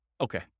Okay